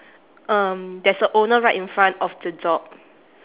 um there's a owner right in front of the dog